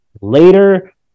later